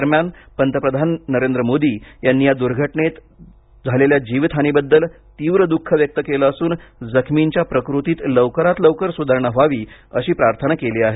दरम्यान पंतप्रधान नरेंद्र मोदी यांनी या दुर्घटनेत झालेल्या जीवितहानीबद्दल तीव्र दुःख व्यक्त केल असून जखमींच्या प्रकृतीत लवकरात लवकर सुधारणा व्हावी अशी प्रार्थना त्यांनी केली आहे